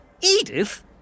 Edith